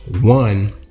One